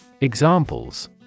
Examples